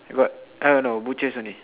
got uh no butchers only